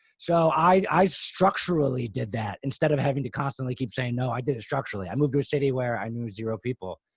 so i i structurally did that instead of having to constantly keep saying, no, i did it structurally. i moved to a city where i knew zero people.